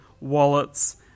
wallets